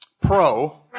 Pro